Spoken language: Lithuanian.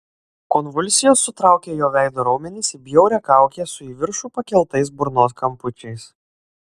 konvulsijos sutraukė jo veido raumenis į bjaurią kaukę su į viršų pakeltais burnos kampučiais